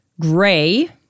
Gray